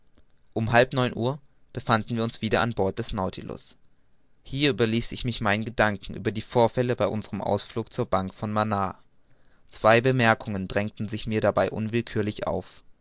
um halb neun uhr befanden wir uns wieder an bord des nautilus hier überließ ich mich meinen gedanken über die vorfälle bei unserem ausflug zur bank von manaar zwei bemerkungen drängten sich mir dabei unwillkürlich auf